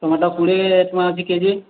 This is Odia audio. ଟମାଟୋ କୁଡ଼ିଏ ଟଙ୍କା ଅଛି କେଜି